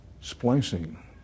splicing